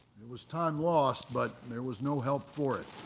it was time lost but there was no help for it.